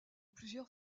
plusieurs